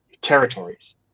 territories